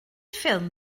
ffilm